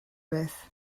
beth